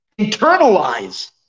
Internalize